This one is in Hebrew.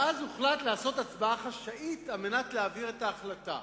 ואז הוחלט לעשות הצבעה חשאית על מנת להעביר את ההחלטה.